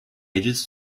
ages